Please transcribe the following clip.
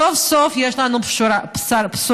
סוף-סוף יש לנו בשורה,